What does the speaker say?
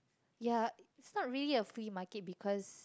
ya it's not really a flea market because